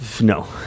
no